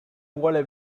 vuole